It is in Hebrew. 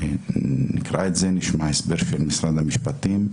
נקרא אותם ונשמע הסבר של משרד המשפטים,